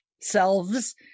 selves